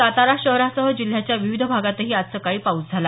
सातारा शहरासह जिल्ह्याच्या विविध भागातही आज सकाळी पाऊस झाला